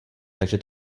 takže